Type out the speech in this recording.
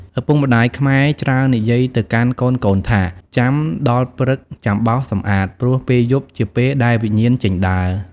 ឪពុកម្ដាយខ្មែរច្រើននិយាយទៅកាន់កូនៗថា៖ «ចាំដល់ព្រឹកចំាបោសសម្អាត ព្រោះពេលយប់ជាពេលដែលវិញ្ញាណចេញដើរ ។